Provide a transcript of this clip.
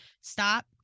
Stop